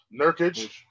Nurkic